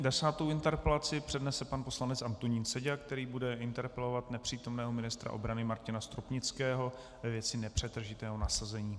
Desátou interpelaci přednese pan poslanec Antonín Seďa, který bude interpelovat nepřítomného ministra obrany Martina Stropnického ve věci nepřetržitého nasazení.